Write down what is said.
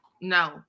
No